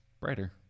brighter